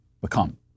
become